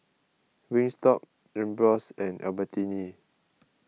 Wingstop Ambros and Albertini